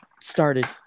started